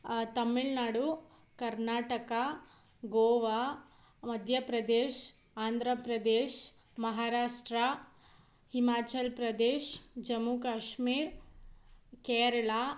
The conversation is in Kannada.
ತಮಿಳ್ನಾಡು ಕರ್ನಾಟಕ ಗೋವಾ ಮಧ್ಯ ಪ್ರದೇಶ್ ಆಂಧ್ರ ಪ್ರದೇಶ್ ಮಹಾರಾಷ್ಟ್ರ ಹಿಮಾಚಲ್ ಪ್ರದೇಶ್ ಜಮ್ಮು ಕಾಶ್ಮೀರ್ ಕೇರಳ